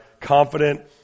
Confident